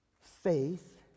Faith